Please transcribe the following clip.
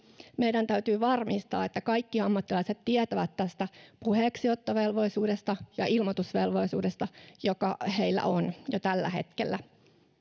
meidän täytyy varmistaa että kaikki ammattilaiset tietävät tästä puheeksiottovelvollisuudesta ja ilmoitusvelvollisuudesta joka heillä on jo tällä hetkellä